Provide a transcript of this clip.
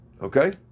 Okay